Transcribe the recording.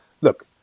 Look